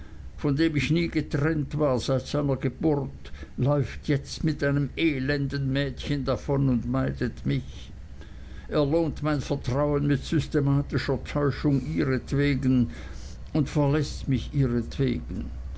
von dem ich nie getrennt war seit seiner geburt läuft jetzt mit einem elenden mädchen davon und meidet mich er lohnt mein vertrauen mit systematischer täuschung ihretwegen und verläßt mich